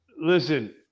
listen